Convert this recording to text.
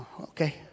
Okay